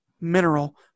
mineral